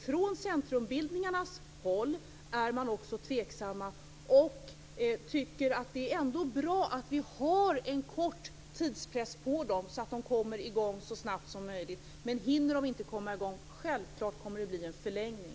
Från centrumbildningarnas håll är man också tveksam men tycker ändå att det är bra att ha en tidspress, så att man kommer i gång så snabbt som möjligt. Men om man inte hinner komma i gång, blir det självklart en förlängning.